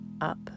up